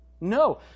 No